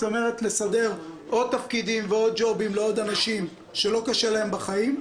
זאת אומרת לסדר עוד תפקידים ועוד ג'ובים לעוד אנשים שלא קשה להם בחיים,